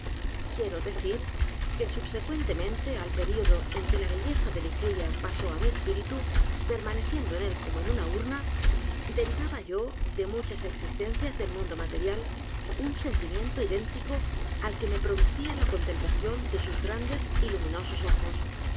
quiero decir que subsecuen temente al período en que la belleza de ligeia pasó á mi espíritu permaneciendo en él como en una urna edgar poe novelas cuentos derivaba yo de muchas existencias del mundo material un sentimiento idéntico al que me producía la contemplación de sus grandes y luminosos ojos